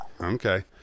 Okay